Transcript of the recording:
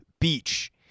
beach